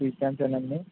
క్రిస్టియన్సేనండీ